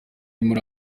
muri